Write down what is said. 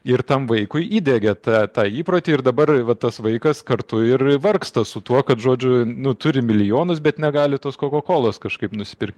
ir tam vaikui įdiegė tą tą įprotį ir dabar va tas vaikas kartu ir vargsta su tuo kad žodžiu nu turi milijonus bet negali tos kokakolos kažkaip nusipirkti